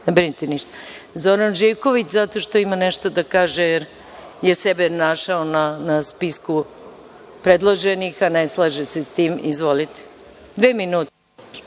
ne brinite ništa. Zoran Živković, zato što ima nešto da kaže, jer je sebe našao na spisku predloženih, a ne slaže se sa tim. Izvolite. Dva minuta.